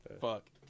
fuck